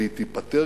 והיא תיפתר,